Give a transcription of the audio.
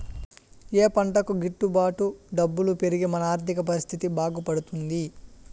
ఏ పంటకు గిట్టు బాటు డబ్బులు పెరిగి మన ఆర్థిక పరిస్థితి బాగుపడుతుంది?